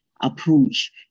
approach